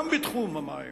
גם בתחום המים